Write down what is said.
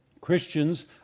Christians